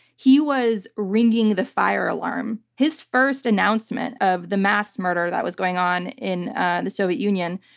he was ringing the fire alarm. his first announcement of the mass murder that was going on in and the soviet union,